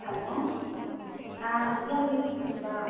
hello ஆ Vidya we